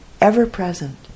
ever-present